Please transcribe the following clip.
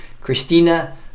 Christina